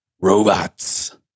robots